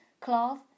cloth